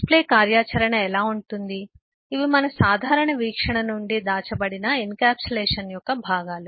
డిస్ play కార్యాచరణ ఎలా ఉంటుంది ఇవి మన సాధారణ వీక్షణ నుండి దాచబడిన ఎన్క్యాప్సులేషన్ యొక్క భాగాలు